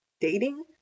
dating